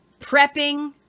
prepping